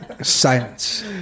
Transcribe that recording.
silence